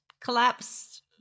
collapsed